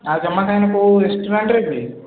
ଆଉ ଜମା ଖାଇନ ଆଉ କେଉଁ ରେଷ୍ଟୁରାଣ୍ଟ୍ରେ ବି